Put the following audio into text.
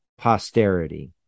posterity